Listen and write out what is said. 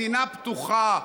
מדינה פתוחה,